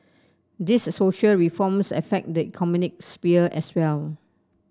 these social reforms affect the economic sphere as well